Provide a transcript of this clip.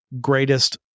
greatest